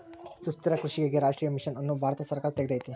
ಸುಸ್ಥಿರ ಕೃಷಿಗಾಗಿ ರಾಷ್ಟ್ರೀಯ ಮಿಷನ್ ಅನ್ನು ಭಾರತ ಸರ್ಕಾರ ತೆಗ್ದೈತೀ